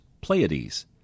Pleiades